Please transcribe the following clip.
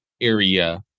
area